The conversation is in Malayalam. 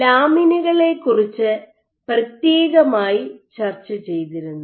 ലാമിനുകളെക്കുറിച്ച് പ്രത്യേകമായി ചർച്ച ചെയ്തിരുന്നു